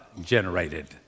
generated